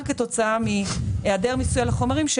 כתוצאה מהיעדר מיסוי על החומרים האלה,